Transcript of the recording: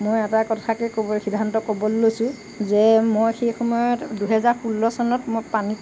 মই এটা কথাকে ক'বলৈ সিদ্ধান্ত কৰিবলৈ লৈছোঁ যে মই সেই সময়ত দুহেজাৰ ষোল্ল চনত মোক পানীত